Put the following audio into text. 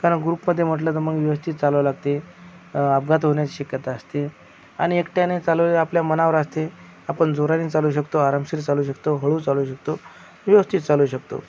कारण ग्रुपमध्ये म्हटलं तर मग व्यवस्थित चालवावं लागते अपघात होण्याची शक्यता असते आणि एकट्याने चालवले आपल्या मनावर असते आपण जोराने चालवू शकतो आरामशीर चालवू शकतो हळू चालवू शकतो व्यवस्थित चालवू शकतो